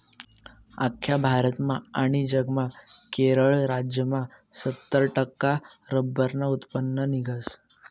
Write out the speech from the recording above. आख्खा भारतमा आनी जगमा केरळ राज्यमा सत्तर टक्का रब्बरनं उत्पन्न निंघस